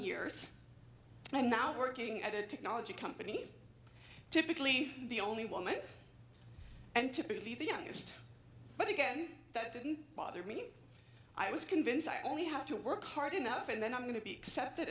years i'm now working at a technology company typically the only woman and typically the youngest but again that didn't bother me i was convinced i only have to work hard enough and then i'm going to be accepted